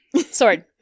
Sword